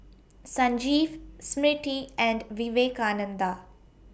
Sanjeev Smriti and Vivekananda